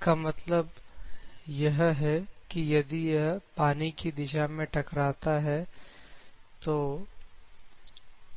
इसका मतलब यह है कि यदि यह पानी की दिशा में टकराता है तो इसका मतलब